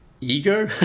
ego